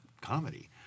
comedy